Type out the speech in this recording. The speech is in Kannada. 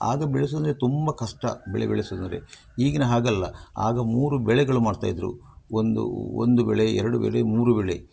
ಆಗ ಬೆಳೆಸುವುದೆ ತುಂಬ ಕಷ್ಟ ಬೆಳೆ ಬೆಳೆಸುವುದೆಂದ್ರೆ ಈಗಿನ ಹಾಗಲ್ಲ ಆಗ ಮೂರು ಬೆಳೆಗಳು ಮಾಡ್ತಾಯಿದ್ರು ಒಂದು ಒಂದು ಬೆಳೆ ಎರಡು ಬೆಳೆ ಮೂರು ಬೆಳೆ